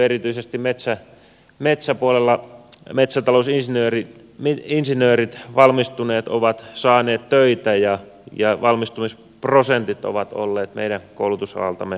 erityisesti metsää metsäpuolella metsätalousinsinööri veli insinööri valmistuneet metsätalousinsinöörit ovat saaneet töitä ja valmistumisprosentit ovat olleet meidän koulutusalaltamme hyvät